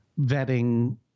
vetting